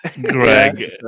Greg